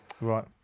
Right